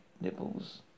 nipples